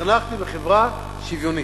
התחנכתי בחברה שוויונית,